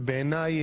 בעיני,